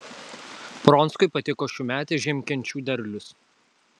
pronckui patiko šiųmetis žiemkenčių derlius